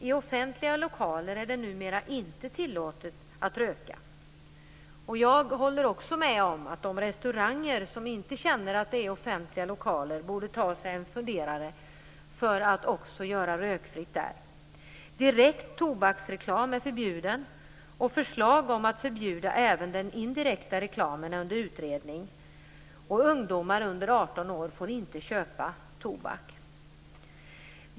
I offentliga lokaler är det numera inte tillåtet att röka. Jag håller med om att de restauranger som inte känner att de är offentliga lokaler borde ta sig en funderare för att göra rökfritt där. Direkt tobaksreklam är förbjuden. Förslag om att förbjuda även den indirekta reklamen är under utredning. Ungdomar under 18 år får inte köpa tobak.